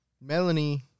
Melanie